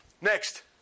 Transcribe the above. Next